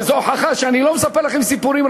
וזו הוכחה שאני לא מספר לכם סיפורים,